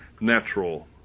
natural